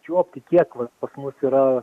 čiuopti kiek va pas mus yra